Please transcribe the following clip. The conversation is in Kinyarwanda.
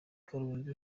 karongi